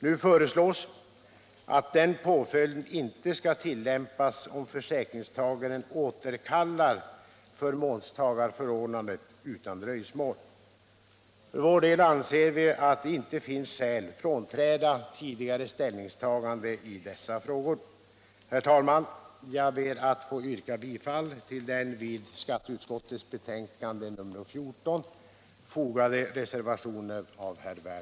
Nu föreslås att den påföljden inte skall tillämpas om försäkringstagaren återkallar förmånstagarförordnandet utan dröjsmål. För vår del anser vi att det inte finns skäl frånträda tidigare ställningstagande i dessa frågor.